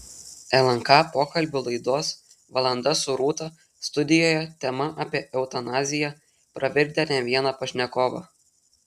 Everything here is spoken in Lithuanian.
lnk pokalbių laidos valanda su rūta studijoje tema apie eutanaziją pravirkdė ne vieną pašnekovą